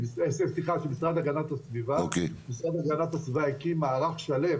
משרד הגנת הסביבה הקים מערך שלם